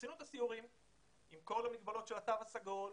עשינו את הסיורים עם כל המגבלות של התו הסגול,